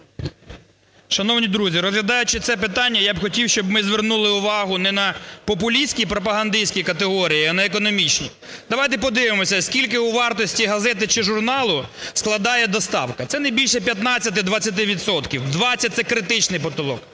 Шановні друзі, розглядаючи це питання, я б хотів, щоб ми звернули увагу не на популістські й пропагандистські категорії, а на економічні. Давайте подивимося, скільки у вартості газети чи журналу складає доставка. Це не більше 15-20 відсотків, 20 – це критичний потолок.